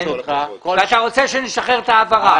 אתה רוצה שנשחרר את ההעברה.